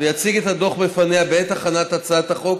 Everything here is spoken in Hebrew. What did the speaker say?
ויציג את הדוח בפניה בעת הכנת הצעת החוק